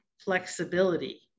flexibility